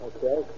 Okay